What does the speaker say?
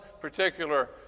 particular